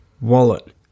Wallet